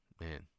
Man